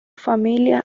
familia